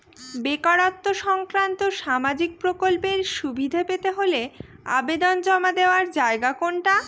বেকারত্ব সংক্রান্ত সামাজিক প্রকল্পের সুবিধে পেতে হলে আবেদন জমা দেওয়ার জায়গা কোনটা?